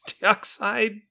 dioxide